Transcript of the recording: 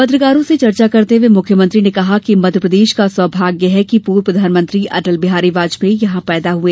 पत्रकारों से चर्चा करते हुए मुख्यमंत्री ने कहा कि मध्यप्रदेश का सौभाग्य है कि पूर्व प्रधानमंत्री अटल बिहारी वाजपेयी यहां पैदा हुए